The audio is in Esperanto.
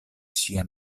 ŝia